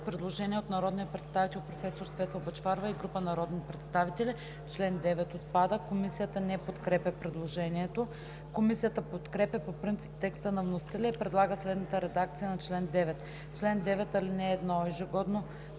предложение от народния представител професор Светла Бъчварова и група народни представители: „Член 7 отпада.“ Комисията не подкрепя предложението. Комисията подкрепя по принцип текста на вносителя и предлага следната редакция на чл. 7: „Чл. 7. (1)